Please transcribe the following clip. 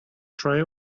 try